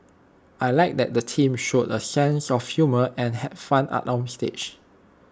I Like that the teams showed A sense of humour and had fun up on stage